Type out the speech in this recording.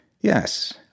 Yes